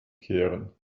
kehren